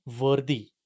worthy